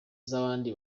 z’abandi